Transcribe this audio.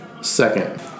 second